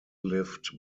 lived